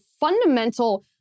fundamental